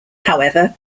however